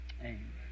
Amen